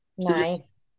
Nice